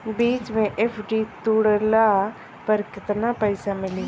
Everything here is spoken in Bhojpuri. बीच मे एफ.डी तुड़ला पर केतना पईसा मिली?